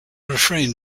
refrain